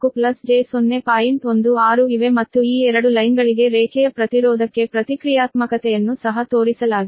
16 ಇವೆ ಮತ್ತು ಈ ಎರಡು ಲೈನ್ಗಳಿಗೆ ರೇಖೆಯ ಪ್ರತಿರೋಧಕ್ಕೆ ಪ್ರತಿಕ್ರಿಯಾತ್ಮಕತೆಯನ್ನು ಸಹ ತೋರಿಸಲಾಗಿದೆ